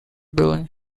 being